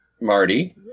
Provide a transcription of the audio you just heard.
Marty